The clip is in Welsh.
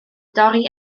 dorri